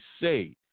say